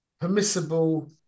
permissible